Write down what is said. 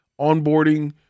onboarding